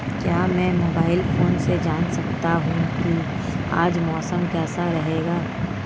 क्या मैं mobile phone से जान सकता हूँ कि आज मौसम कैसा रहेगा?